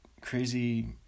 crazy